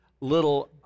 little